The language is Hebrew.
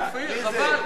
חבל.